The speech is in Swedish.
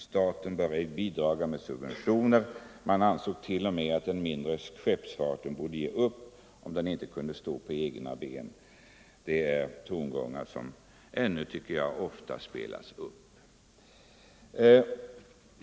Staten bör ej bidraga med subventioner.” Man ansåg t.o.m. att den mindre skeppsfarten borde ge upp om den inte kunde stå på egna ben. Detta är tongångar som ännu, tycker jag, ofta spelas upp.